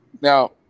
Now